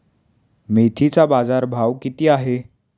मेथीचा बाजारभाव किती आहे?